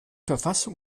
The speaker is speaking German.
verfassung